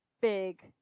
big